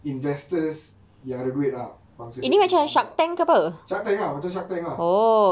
investors yang ada duit bangsa duit melambak shark tank ah macam shark tank ah